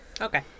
Okay